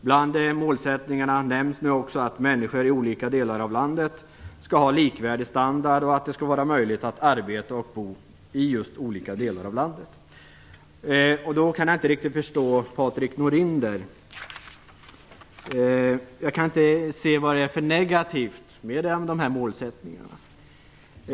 Bland målsättningarna nämns också att människor i olika delar av landet skall ha likvärdig standard och att det skall vara möjligt att arbeta och bo i olika delar av landet. Jag kan inte riktigt förstå det som Patrik Norinder säger. Jag kan inte se vad det är för negativt med denna målsättning.